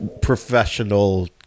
professional